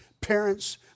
parents